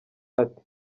ati